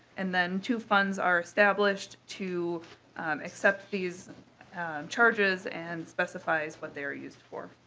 and then to funds are established to accept these charges and specifies what they are used for.